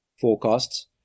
forecasts